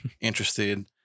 interested